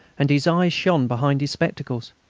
and his eyes shone behind his spectacles.